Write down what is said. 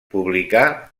publicà